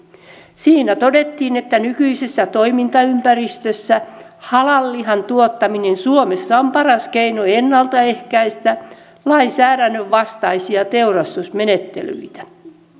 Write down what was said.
siinä todettiin että nykyisessä toimintaympäristössä halal lihan tuottaminen suomessa on paras keino ennalta ehkäistä lainsäädännön vastaisia teurastusmenettelyitä